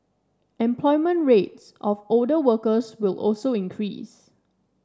employment rates of older workers will also increase